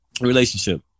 relationship